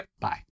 bye